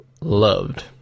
loved